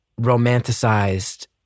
romanticized